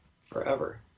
forever